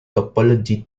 topology